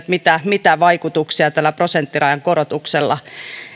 mitä mitä vaikutuksia tällä prosenttirajan korotuksella